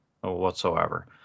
whatsoever